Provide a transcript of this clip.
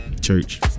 Church